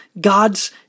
God's